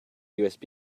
usb